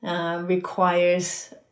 Requires